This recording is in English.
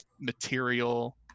material